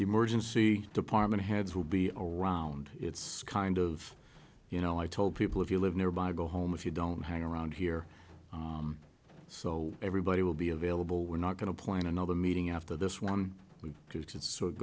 emergency department heads will be around it's kind of you know i told people if you live nearby go home if you don't hang around here so everybody will be available we're not going to plan another meeting after this one beca